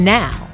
now